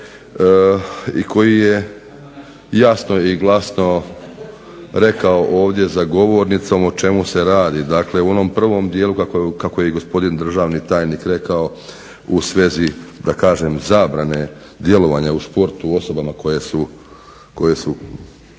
koji je jasno i glasno rekao ovdje za govornicom o čemu se radi. Dakle u onom prvom dijelu kako je i gospodin državnik tajnik rekao u svezi da kažem zabrane djelovanja u športu osobama koje su